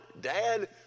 Dad